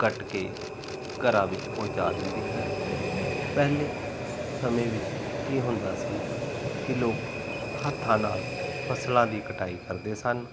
ਕੱਟ ਕੇ ਘਰਾਂ ਵਿੱਚ ਪਹੁੰਚਾ ਦਿੰਦੀ ਹੈ ਪਹਿਲੇ ਸਮੇਂ ਵਿੱਚ ਕੀ ਹੁੰਦਾ ਸੀ ਕਿ ਲੋਕ ਹੱਥਾਂ ਨਾਲ ਫਸਲਾਂ ਦੀ ਕਟਾਈ ਕਰਦੇ ਸਨ